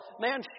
man